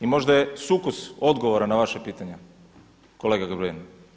I možda je sukus odgovora na vaše pitanje kolega Grbin.